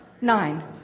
nine